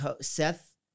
Seth